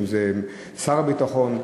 אם לשר הביטחון,